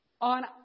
on